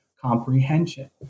comprehension